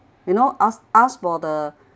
you know ask ask for the